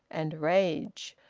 and rage.